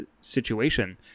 situation